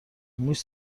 موش